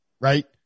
right